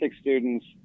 students